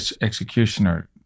executioner